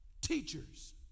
teachers